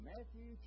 Matthew